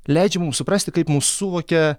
leidžia mums suprasti kaip mus suvokia